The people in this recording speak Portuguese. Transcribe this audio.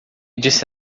disse